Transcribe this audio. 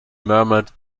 murmured